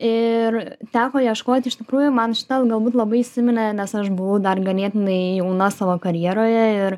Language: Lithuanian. ir teko ieškot iš tikrųjų man šita galbūt labai įsiminė nes aš buvau dar ganėtinai jauna savo karjeroje ir